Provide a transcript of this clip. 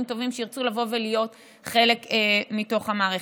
טובים שירצו לבוא ולהיות חלק מתוך המערכת.